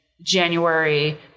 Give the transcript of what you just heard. January